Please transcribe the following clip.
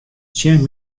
tsjin